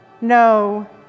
No